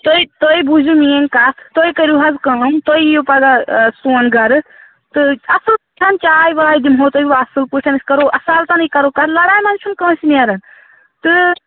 تُہۍ تُہۍ بوٗزِو میٛٲنۍ کَتھ تُہۍ کٔرِو حظ کٲم تُہۍ یِیِو پگاہ سون گرٕ تہٕ اَصٕل پٲٹھۍ چاے واے دِمہو تۄہہِ بہٕ اَصٕل پٲٹھۍ أسۍ کَرو اَصالتنٕے کَرو کَتھ لڑایہِ منٛز چھُنہٕ کٲنٛسہِ نَیران تہٕ